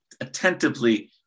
attentively